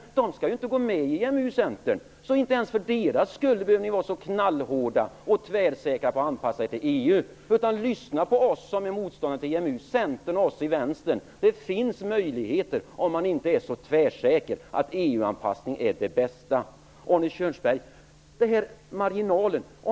Centern skall ju inte gå med i EMU. Inte ens för Centerns skull behöver ni alltså vara så knallhårda och tvärsäkra på att anpassa er till EU. Lyssna på oss som är motståndare till EMU - Centern och oss i Vänsterpartiet. Det finns möjligheter om man inte är så tvärsäker på att EU-anpassning är det bästa. Beträffande den här marginalen vill jag säga följande till Arne Kjörnsberg.